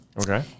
Okay